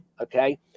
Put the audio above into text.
okay